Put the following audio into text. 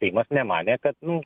seimas nemanė kad nu